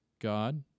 God